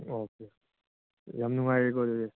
okay ꯌꯥꯝ ꯅꯨꯡꯉꯥꯏꯔꯦꯀꯣ ꯑꯗꯨꯗꯤ